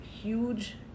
huge